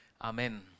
Amen